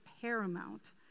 paramount